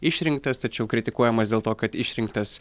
išrinktas tačiau kritikuojamas dėl to kad išrinktas